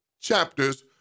chapters